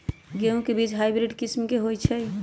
गेंहू के बीज हाइब्रिड किस्म के होई छई?